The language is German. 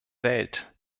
welt